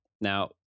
Now